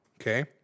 okay